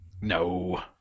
No